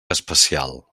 especial